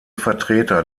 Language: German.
vertreter